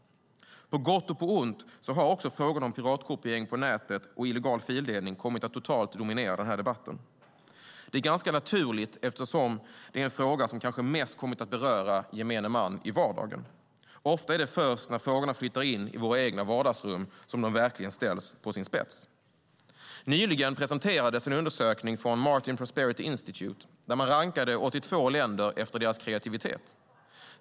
På gott och på ont har också frågorna om piratkopiering på nätet och illegal fildelning kommit att totalt dominera debatten. Det är ganska naturligt eftersom detta är den fråga som kanske mest har kommit att beröra gemene man i vardagen. Ofta är det först när frågorna flyttar in i våra egna vardagsrum som de verkligen ställs på sin spets. Nyligen presenterades en undersökning från Martin Prosperity Institute där man rankade 82 länder efter deras kreativitet.